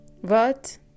What